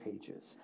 pages